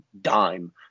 dime